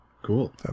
cool